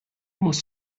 muss